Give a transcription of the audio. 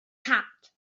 cat